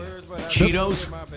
Cheetos